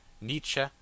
Nietzsche